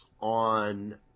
on